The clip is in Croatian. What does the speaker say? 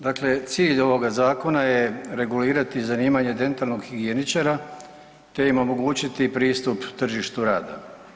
Dakle, cilj ovoga zakona je regulirati zanimanje dentalnog higijeničara te im omogućiti pristup tržištu rada.